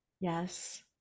yes